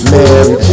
Mary